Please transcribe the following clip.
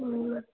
ହୁଁ